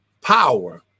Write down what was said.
power